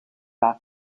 off